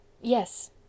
Yes